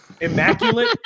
Immaculate